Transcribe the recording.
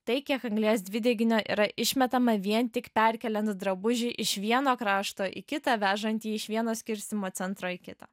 tai kiek anglies dvideginio yra išmetama vien tik perkeliant drabužį iš vieno krašto į kitą vežant jį iš vieno skirstymo centro į kitą